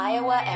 Iowa